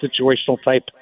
situational-type